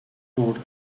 code